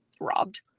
robbed